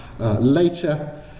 Later